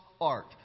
art